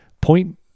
point